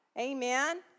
Amen